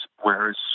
Whereas